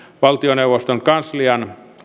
valtioneuvoston kanslian